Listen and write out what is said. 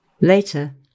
Later